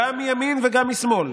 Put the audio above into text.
גם מימין וגם משמאל.